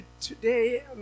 today